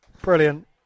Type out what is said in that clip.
Brilliant